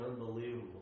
unbelievable